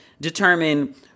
determine